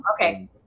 Okay